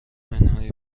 منهای